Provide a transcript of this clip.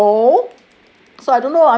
no